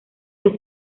que